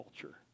culture